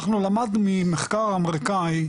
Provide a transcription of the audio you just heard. אנחנו למדנו ממחקר אמריקאי,